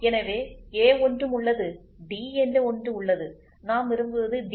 எனவே a ஒன்றும் உள்ளது டி என்ற ஒன்று உள்ளது நாம் விரும்புவது டி